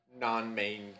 non-main